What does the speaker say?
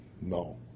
No